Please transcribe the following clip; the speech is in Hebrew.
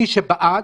מי בעד,